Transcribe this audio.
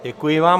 Děkuji vám.